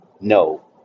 No